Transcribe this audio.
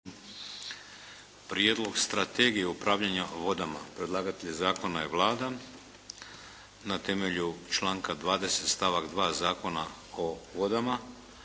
Prijedlog Strategije upravljanja o vodama Predlagatelj zakona je Vlada. Na temelju članka 20. stavak 2. Zakona o vodama.